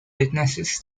witnesses